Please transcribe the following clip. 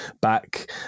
back